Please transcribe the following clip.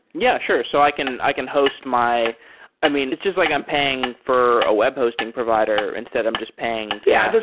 yeah, sure. so i can i can host my i mean, it's just like i'm paying for a web hosting provider. instead i'm just paying yeah,